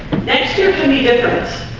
next year can be different